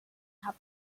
had